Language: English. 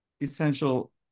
essential